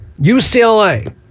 UCLA